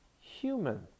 human